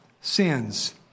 sins